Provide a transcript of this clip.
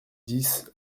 dix